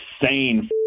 insane